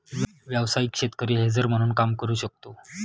व्यावसायिक शेतकरी हेजर म्हणून काम करू शकतो